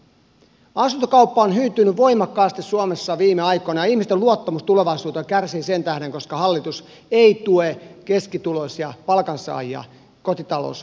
asuntokauppa on hyytynyt voimakkaasti suomessa viime aikoina ja ihmisten luottamus tulevaisuuteen kärsii sen tähden koska hallitus ei tue keskituloisia palkansaajia kotitalousasioissa